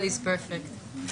גברתי היועצת המשפטית,